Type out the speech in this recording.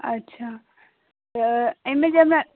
अच्छा तऽ एहिमे जे हमरा